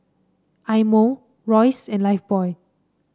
Eye Mo Royce and Lifebuoy